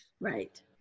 Right